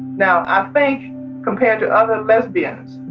now, i think compared to other lesbians,